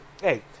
hey